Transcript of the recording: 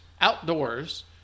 outdoors